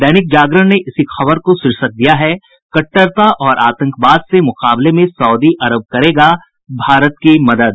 दैनिक जागरण ने इसी खबर को शीर्षक दिया है कट्टरता और आतंकवाद से मुकाबले में सऊदी अरब करेगा भारत की मदद